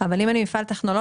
אבל אם אני מפעל טכנולוגי,